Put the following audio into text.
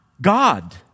God